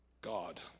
God